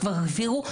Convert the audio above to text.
כבר הבהירו,